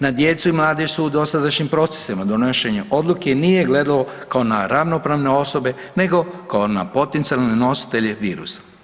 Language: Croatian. Na djecu i mladež su u dosadašnjim procesima donošenja odluke nije gledalo kao na ravnopravne osobe nego na potencijalne nositelje virusa.